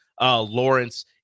Lawrence